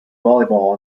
volleyball